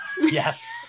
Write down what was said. Yes